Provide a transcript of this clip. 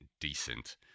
decent